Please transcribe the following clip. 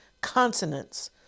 consonants